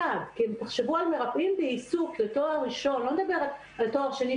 תחשבו על מרפאים בעיסוק לתואר ראשון אני לא מדברת על תואר שני,